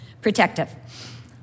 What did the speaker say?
Protective